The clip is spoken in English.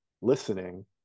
listening